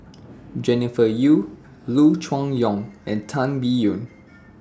Jennifer Yeo Loo Choon Yong and Tan Biyun